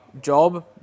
job